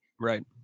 Right